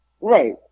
Right